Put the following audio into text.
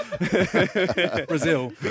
Brazil